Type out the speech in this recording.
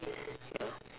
ya